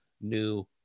new